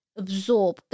absorb